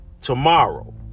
Tomorrow